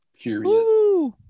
Period